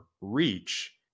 reach